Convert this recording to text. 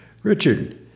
Richard